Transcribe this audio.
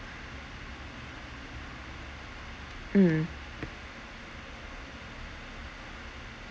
mm